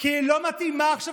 כשלא ממנים מפכ"ל משטרה,